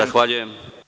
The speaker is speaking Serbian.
Zahvaljujem.